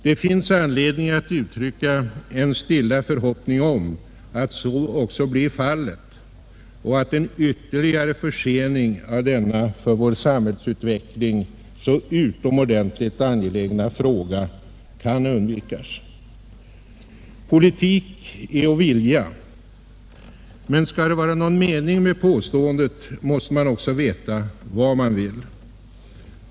Det finns anledning att uttrycka en stilla förhoppning om att så också blir fallet och att en ytterligare försening av denna för vår samhällsutveckling så utomordentligt angelägna fråga kan undvikas. ”Politik är att vilja”, men skall det vara någon mening med påståendet måste man också veta vad man vill.